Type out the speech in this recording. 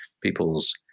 people's